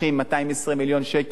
220 מיליון שקל,